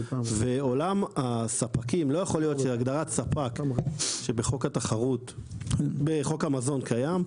ועולם הספקים לא יכול להיות שהגדרת ספק שבחוק המזון קיים,